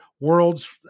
Worlds